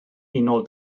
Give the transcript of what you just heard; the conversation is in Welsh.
unol